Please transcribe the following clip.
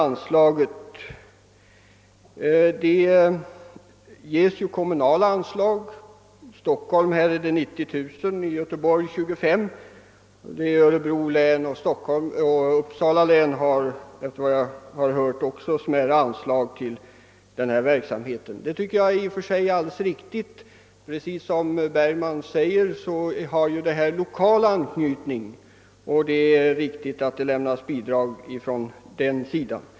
Det ges även kommunala anslag: i Stockholm 90 000 kronor och i Göteborg 25 000 även i Örebro län och Uppsala län lämnas efter vad jag hört smärre anslag till verksamheten. Som herr Bergman säger har verksamheten lokal anknytning, och det är därför riktigt att det ges kommunala bidrag.